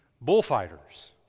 bullfighters